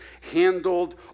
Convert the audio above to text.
handled